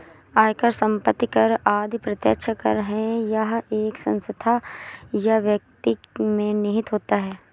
आयकर, संपत्ति कर आदि प्रत्यक्ष कर है यह एक संस्था या व्यक्ति में निहित होता है